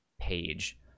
page